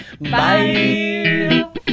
Bye